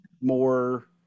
more